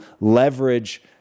leverage